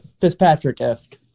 Fitzpatrick-esque